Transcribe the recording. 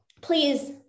please